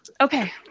okay